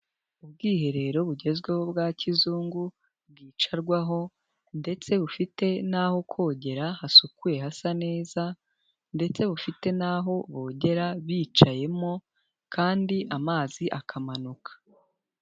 Ubwiherero bugezweho bwa kizungu, bwicarwaho, ndetse bufite n'aho kogera hasukuye hasa neza, ndetse bufite n'aho bogera bicayemo, kandi amazi akamanuka.